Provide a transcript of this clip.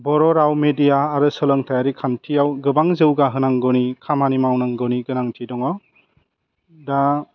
बर' राव मेडिया आरो सोलोंथाइयारि खान्थिआव गोबां जौगाहोनांगौनि खामानि मावनांगौनि गोनांथि दङ दा